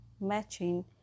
matching